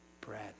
bread